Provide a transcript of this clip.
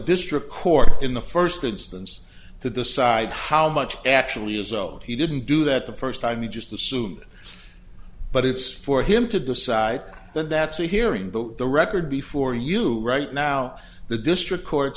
district court in the first instance to decide how much he actually is old he didn't do that the first time you just assume but it's for him to decide that that's a hearing but the record before you right now the district court